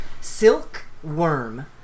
Silkworm